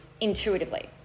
intuitively